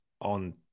on